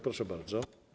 Proszę bardzo.